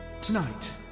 Tonight